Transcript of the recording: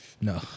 No